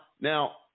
now